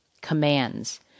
Commands